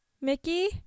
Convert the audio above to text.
Mickey